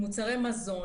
מוצרי מזון,